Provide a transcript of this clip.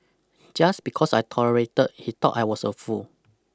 just because I tolerated he thought I was a fool